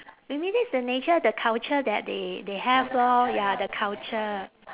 maybe that's the nature the culture that they they have lor ya the culture